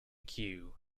queue